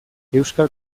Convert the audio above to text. euskal